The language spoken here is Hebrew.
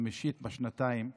חמישית בשנתיים האחרונות,